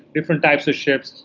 different types of ships,